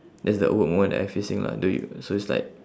that's the awkward moment that I facing lah do you so it's like